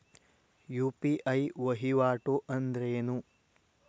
UPI ವಹಿವಾಟ್ ಅಂದ್ರೇನು?